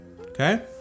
Okay